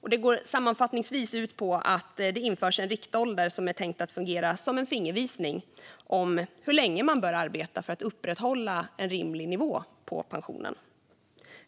och går sammanfattningsvis ut på att det införs en riktålder som är tänkt att fungera som en fingervisning om hur länge man bör arbeta för att upprätthålla en rimlig nivå på pensionen.